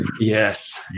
Yes